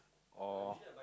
oh